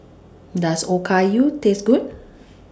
Does Okayu Taste Good